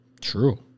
True